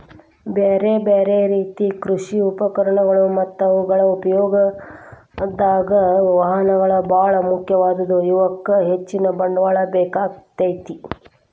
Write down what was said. ಬ್ಯಾರ್ಬ್ಯಾರೇ ರೇತಿ ಕೃಷಿ ಉಪಕರಣಗಳು ಮತ್ತ ಅವುಗಳ ಉಪಯೋಗದಾಗ, ವಾಹನಗಳು ಬಾಳ ಮುಖ್ಯವಾದವು, ಇವಕ್ಕ ಹೆಚ್ಚಿನ ಬಂಡವಾಳ ಬೇಕಾಕ್ಕೆತಿ